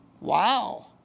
Wow